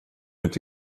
inte